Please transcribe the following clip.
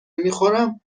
میخورم